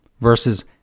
versus